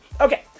Okay